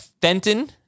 Fenton